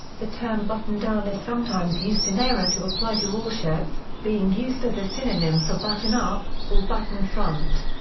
the term button-down is sometimes used in error to apply to all shirts, being used as a synonym for button-up or button-front.